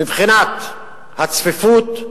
מבחינת הצפיפות,